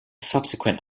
subsequent